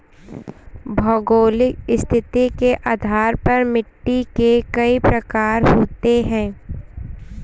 भौगोलिक स्थिति के आधार पर मिट्टी के कई प्रकार होते हैं